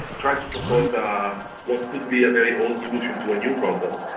trying to propose what could be a very old solution to a new problem.